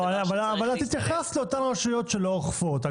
אבל את התייחסת לאותן רשויות שלא אוכפות.